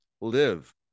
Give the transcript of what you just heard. live